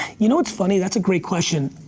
you know what's funny? that's a great question.